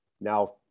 now